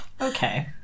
Okay